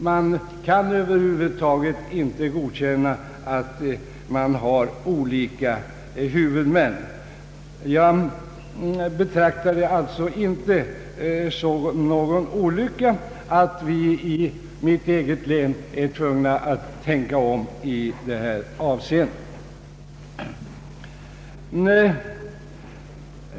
Man kan över huvud taget inte godkänna att olika huvudmän förekommer. Jag betraktar det alltså inte såsom någon olycka att vi i mitt eget län är tvungna att tänka om i detta avseende.